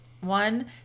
one